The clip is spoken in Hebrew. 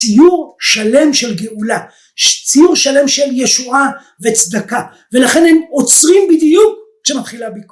ציור שלם של גאולה, ציור שלם של ישועה וצדקה ולכן הם עוצרים בדיוק כשמתחילה הביקורת.